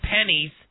pennies